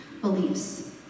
beliefs